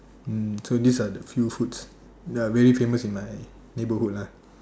mm so these are the few foods that are really famous in my neighbourhood lah